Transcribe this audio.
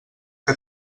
que